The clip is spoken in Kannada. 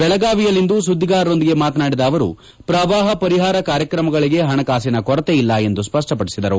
ಬೆಳಗಾವಿಯಲ್ಲಿಂದು ಸುದ್ದಿಗಾರರೊಂದಿಗೆ ಮಾತನಾಡಿದ ಅವರು ಪ್ರವಾಪ ಪರಿಹಾರ ಕಾರ್ಯಕ್ರಮಗಳಿಗೆ ಪಣಕಾಸಿನ ಕೊರತೆಯಿಲ್ಲ ಎಂದು ಸ್ಪಷ್ಟಪಡಿಸಿದರು